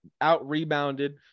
out-rebounded